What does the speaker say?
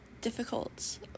difficult